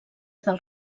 del